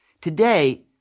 Today